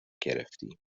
گرفتیم